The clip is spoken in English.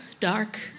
dark